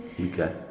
Okay